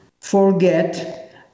forget